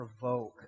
provoke